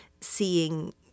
seeing